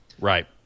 Right